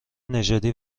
نژادی